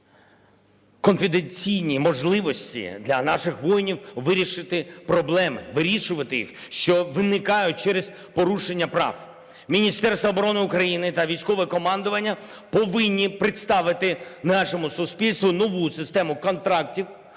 потрібні конфіденційні можливості для наших воїнів вирішити проблеми, вирішувати їх, що виникають через порушення прав. Міністерство оборони України та військове командуванням повинні представити нашому суспільству нову систему контрактів